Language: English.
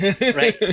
Right